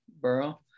borough